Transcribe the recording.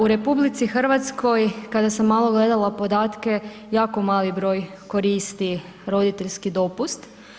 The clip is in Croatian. U RH kada sam malo gledala podatke jako mali broj koristi roditeljski dopust.